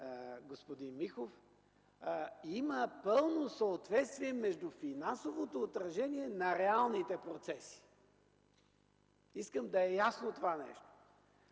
господин Миков, има пълно съответствие между финансовото отражение на реалните процеси. Искам това нещо